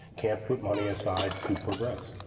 can't put money aside, to progress.